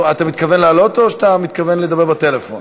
אתה מתכוון לעלות, או שאתה מתכוון לדבר בטלפון?